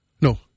No